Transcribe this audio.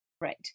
right